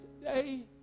Today